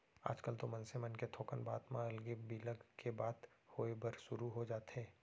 आजकल तो मनसे मन के थोकन बात म अलगे बिलग के बात होय बर सुरू हो जाथे